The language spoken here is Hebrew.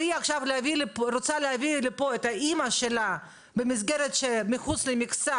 אני רוצה פה גם לציין איזה נקודה מסוימת.